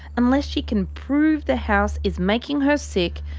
unless she can prove the house is making her sick,